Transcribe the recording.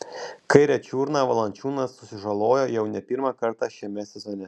kairę čiurną valančiūnas susižalojo jau ne pirmą kartą šiame sezone